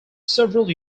several